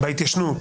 בהתיישנות.